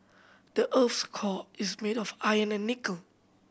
the earth's core is made of iron and nickel